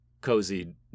cozy